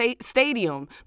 stadium